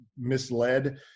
misled